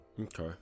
Okay